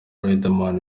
riderman